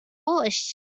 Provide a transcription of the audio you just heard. bush